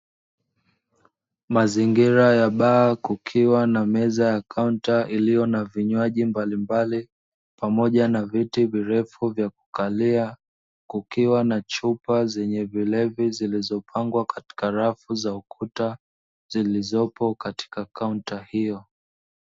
Mazingira ya baa kukiwa na meza ya kaunta iliyo na vinywaji mbalimbali, pamoja na viti virefu vya kukalia, kukiwa na chupa zenye vilevi zilizopangwa katika rafu za ukuta, zilizopo katika kaunta hiyo.